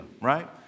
right